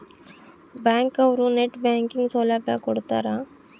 bank ಅವ್ರು net banking ಸೌಲಭ್ಯ ಕೊಡ್ತಾರ